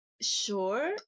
Sure